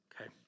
Okay